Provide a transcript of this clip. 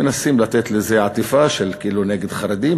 מנסים לתת לזה עטיפה של כאילו נגד חרדים,